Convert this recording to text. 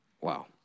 Wow